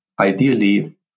ideally